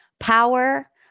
Power